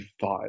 five